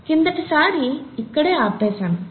క్రిందటి సారి ఇక్కడే ఆపేసాము